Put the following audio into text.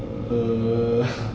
err